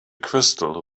crystal